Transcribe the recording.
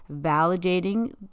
validating